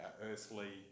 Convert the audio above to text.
earthly